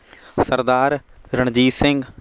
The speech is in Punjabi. ਸਰਦਾਰ ਰਣਜੀਤ ਸਿੰਘ